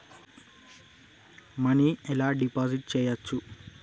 Money ఎలా deposit చేయచ్చు?